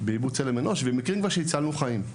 באיבוד צלם אנוש, ויש מקרים שגם הצלנו חיים.